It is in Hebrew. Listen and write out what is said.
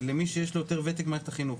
למי שיש לו יותר וותק במערכת החינוך.